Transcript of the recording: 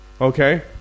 Okay